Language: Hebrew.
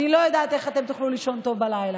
אני לא יודעת איך אתם תוכלו לישון טוב בלילה,